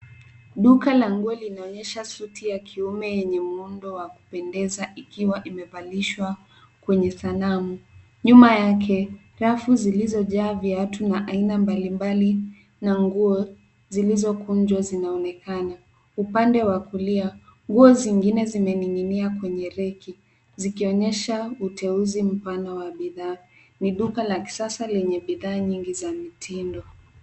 Duka la nguo linaonyesha suti ya kiume yenye muundo wa kupendeza ikiwa imevalishwa kwenye sanamu. Nyuma yake, rafu zilizojaa viatu na aina mbalimbali na nguo zilizokunjwa zinaonekana. Upande wa kulia, nguo zingine zimenig'inia kwenye reki zikionyesha uteuzi mpana wa bidhaa. Ni duka la kisasa lenye bidhaa nyingi za mtindo.